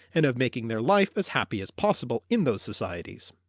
and of making their life as happy as possible in those societies.